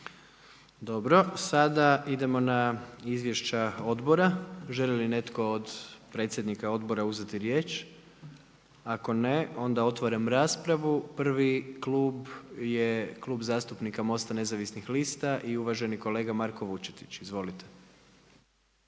Dobro, sada idemo na izvješća odbora. Želi li netko od predsjednika odbora uzeti riječ? Ako ne, onda otvaram raspravu, prvi klub je Klub zastupnika MOST-a nezavisnih lista i uvaženi kolega Marko Vučetić. Izvolite.